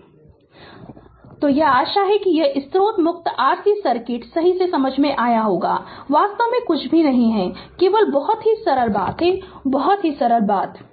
Refer Slide Time 1947 तो यह आशा है कि यह स्रोत मुक्त RC सर्किट सही से समझ आया होगा वास्तव में कुछ भी नहीं है केवल बहुत ही सरल बात बहुत ही सरल बात है Refer Slide Time 2002